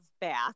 back